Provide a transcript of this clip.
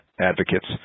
advocates